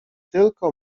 tylko